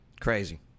Crazy